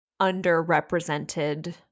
underrepresented